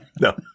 No